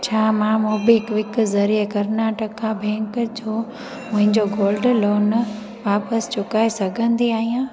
छा मां मोबीक्विक ज़रिए कर्नाटका बैंक जो मुंहिंजो गोल्ड लोन वापसि चुकाए सघंदी आहियां